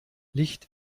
licht